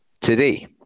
today